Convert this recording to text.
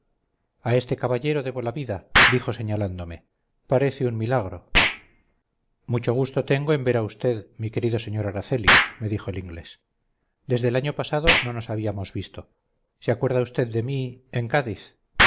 a este caballero debo la vida dijo señalándome parece un milagro mucho gusto tengo en ver a usted mi querido sr araceli me dijo el inglés desde el año pasado no nos habíamos visto se acuerda usted de mí en cádiz